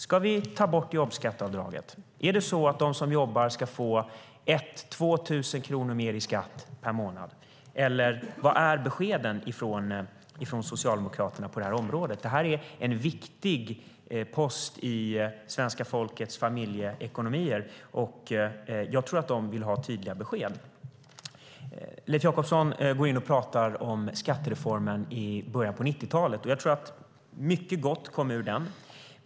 Ska vi ta bort jobbskatteavdraget? Ska de som jobbar få 1 000-2 000 kronor mer i skatt per månad? Eller vad är beskeden från Socialdemokraterna på det här området? Detta är en viktig post i svenska folkets familjeekonomier, och jag tror att de vill ha tydliga besked. Leif Jakobsson pratar om skattereformen i början av 90-talet. Jag tror att mycket gott kom ur den.